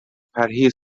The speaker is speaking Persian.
پرهیز